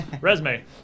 Resume